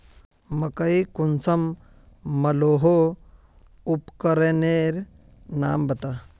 मकई कुंसम मलोहो उपकरनेर नाम बता?